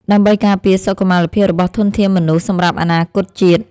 ដើម្បីការពារសុខុមាលភាពរបស់ធនធានមនុស្សសម្រាប់អនាគតជាតិ។